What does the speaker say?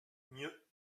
mieux